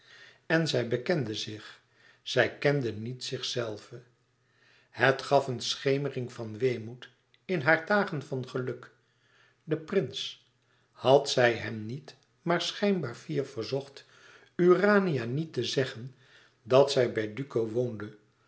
en zij bekende zich zij kende niet zichzelve het gaf een schemering van weemoed in haar dagen van geluk den prins had zij hem niet maar schijnbaar fier verzocht urania niet te zeggen dat zij bij duco woonde